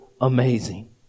amazing